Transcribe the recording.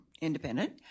independent